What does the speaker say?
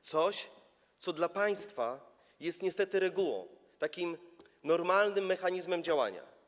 coś, co dla państwa jest niestety regułą, takim normalnym mechanizmem działania.